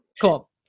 cool